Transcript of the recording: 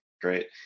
Great